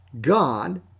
God